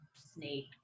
snake